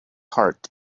heart